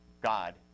God